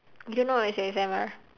you don't know what is A_S_M_R